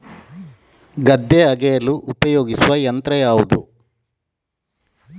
ಗದ್ದೆ ಅಗೆಯಲು ಉಪಯೋಗಿಸುವ ಯಂತ್ರ ಯಾವುದು?